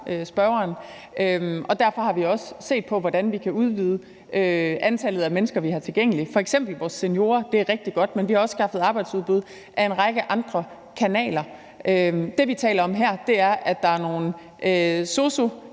Derfor har vi også set på, hvordan vi kan udvide antallet af mennesker, vi har til rådighed; f.eks. er det rigtig godt med vores seniorer. Men vi har også skaffet arbejdsudbud ad en række andre kanaler. Det, vi taler om her, er, at der er nogle